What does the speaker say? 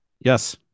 Yes